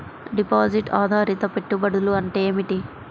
Deposit ఆధారిత పెట్టుబడులు అంటే ఏమిటి?